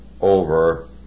over